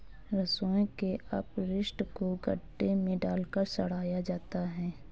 रसोई के अपशिष्ट को गड्ढे में डालकर सड़ाया जाता है